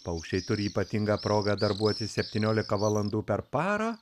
paukščiai turi ypatingą progą darbuotis septynioliką valandų per parą